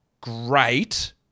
great